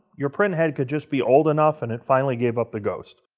your printhead could just be old enough, and it finally gave up the ghost.